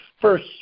first